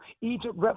Egypt